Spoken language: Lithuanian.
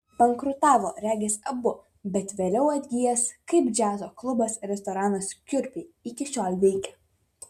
bankrutavo regis abu bet vėliau atgijęs kaip džiazo klubas restoranas kurpiai iki šiol veikia